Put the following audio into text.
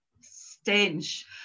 stench